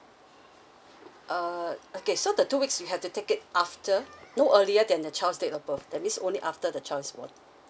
uh okay so the two weeks you have to take it after no earlier than the child'd date of birth that means only after the child is born